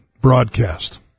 broadcast